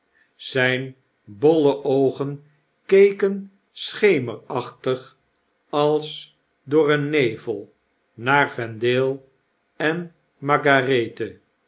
zijne bolle oogen keken schemerachtig als door een nevel naar vendale en margarethe